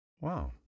Wow